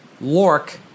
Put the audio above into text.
Lork